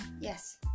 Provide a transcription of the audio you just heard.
Yes